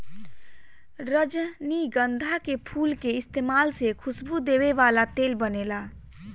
रजनीगंधा के फूल के इस्तमाल से खुशबू देवे वाला तेल बनेला